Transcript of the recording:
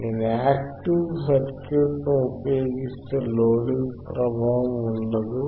నేను active circuit ఉపయోగిస్తే loading ప్రభావం ఉండదు